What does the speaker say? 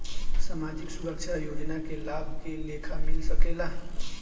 सामाजिक सुरक्षा योजना के लाभ के लेखा मिल सके ला?